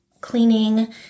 cleaning